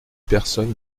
personne